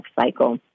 cycle